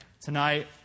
tonight